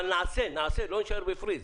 אבל נעשה, לא נישאר בפריז.